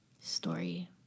story